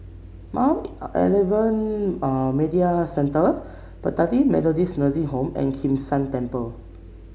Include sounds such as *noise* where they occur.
Mount *hesitation* Alvernia *hesitation* Medical Centre Bethany Methodist Nursing Home and Kim San Temple